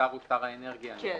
השר הוא שר האנרגיה אני מניח?